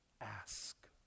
ask